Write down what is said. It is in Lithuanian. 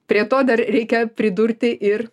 prie to dar reikia pridurti ir